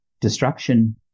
destruction